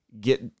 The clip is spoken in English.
get